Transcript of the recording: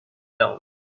down